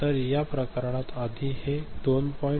तर या प्रकरणात आधी हे 2